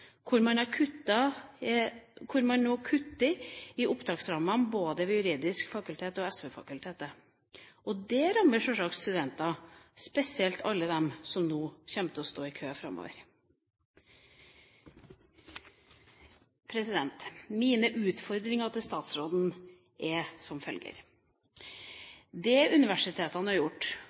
hvor man nå kutter i opptaksrammene. Det rammer selvsagt studenter, spesielt alle de som nå kommer til å stå i kø framover. Mine utfordringer til statsråden er som følger: Det som universitetene har gjort,